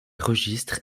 registres